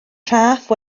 rhaff